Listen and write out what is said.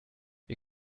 wir